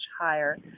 higher